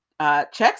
checks